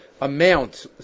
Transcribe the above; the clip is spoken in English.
amount